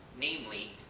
Namely